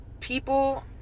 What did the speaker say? People